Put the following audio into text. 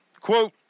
Quote